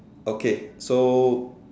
okay so